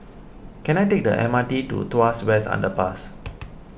can I take the M R T to Tuas West Underpass